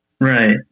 Right